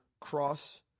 cross